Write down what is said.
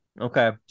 okay